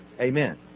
Amen